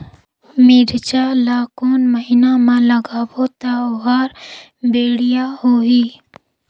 मिरचा ला कोन महीना मा लगाबो ता ओहार बेडिया होही?